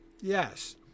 Yes